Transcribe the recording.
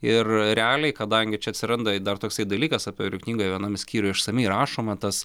ir realiai kadangi čia atsiranda ir dar toksai dalykas apie kurį knygos vienam skyriuj išsamiai rašoma tas